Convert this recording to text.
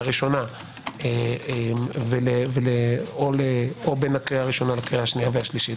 ראשונה או בין הקריאה הראשונה לשנייה והשלישית,